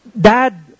Dad